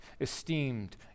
esteemed